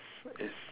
it's